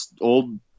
old